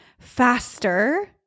faster